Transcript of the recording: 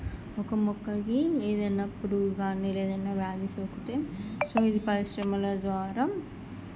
ఒక మొక్కకి ఏదైనా పురుగు కానీ ఏదైనా వ్యాధి సోకితే సో ఈ పరిశ్రమల ద్వారా